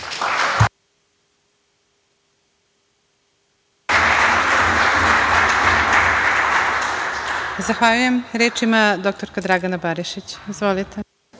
Zahvaljujem. Reč ima dr Dragana Barišić. Izvolite.